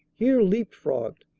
here leap-frogged,